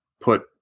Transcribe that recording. Put